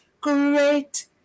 great